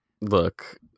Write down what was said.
Look